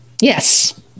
Yes